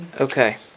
okay